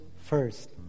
first